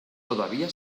todavía